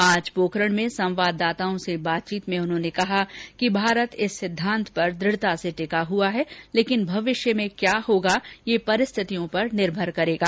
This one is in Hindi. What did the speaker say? आज पोखरण में संवाददाताओं से बातचीत में उन्होंने कहा कि भारत इस सिद्धांत पर दुढ़ता से टिका हआ है लेकिन भविष्य में क्या होगा यह परिस्थितियों पर निर्भर करेगा